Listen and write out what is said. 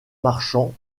marchant